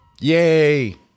Yay